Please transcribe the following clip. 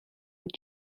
with